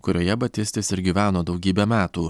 kurioje batistis ir gyveno daugybę metų